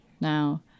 now